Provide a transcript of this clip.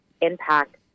impact